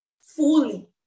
fully